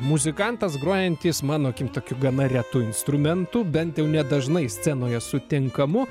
muzikantas grojantis mano akim tokiu gana retu instrumentu bent jau nedažnai scenoje sutinkamu